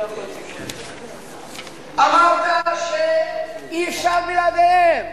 אמרת שאי-אפשר בלעדיהם.